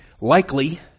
likely